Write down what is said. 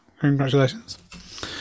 congratulations